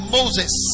Moses